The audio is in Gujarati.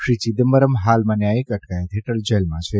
શ્રી ચિદમ્બરમમાં હાલમાં ન્યાયિક અટકાયત હેઠળ જેલમાં છે